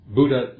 Buddha